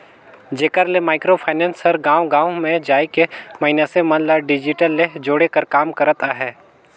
जेकर ले micro finance हर गाँव गाँव में जाए के मइनसे मन ल डिजिटल ले जोड़े कर काम करत अहे